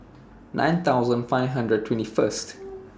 nine thousand five hundred twenty First